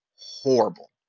horrible